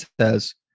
says